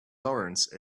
laurence